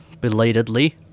belatedly